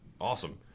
Awesome